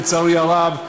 לצערי הרב,